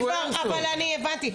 אני הבנתי כבר, אבל אני הבנתי.